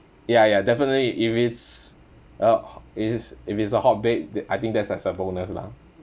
ya ya definitely if it's a if it's if it's a hot babe t~ I think that's just a bonus lah